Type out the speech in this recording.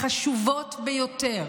החשובות ביותר,